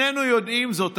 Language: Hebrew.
שנינו יודעים זאת,